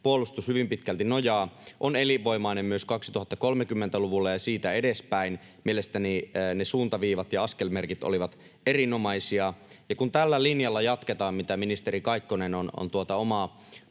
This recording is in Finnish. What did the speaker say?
puolustus hyvin pitkälti nojaa, on elinvoimainen myös 2030-luvulla ja siitä edespäin. Mielestäni ne suuntaviivat ja askelmerkit olivat erinomaisia. Kun tällä linjalla jatketaan, mitä ministeri Kaikkonen on tuota